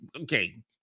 okay